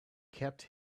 kept